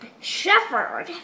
Shepherd